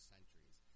centuries